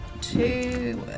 two